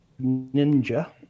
ninja